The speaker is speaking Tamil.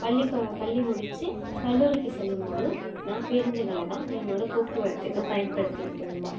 பள்ளி பள்ளி முடித்து கல்லூரிக்கு செல்லும்போதும் நான் பேருந்துகளைதான் என்னோடய போக்குவரத்துக்கு பயன்படுத்திக்கிட்டு இருந்தேன்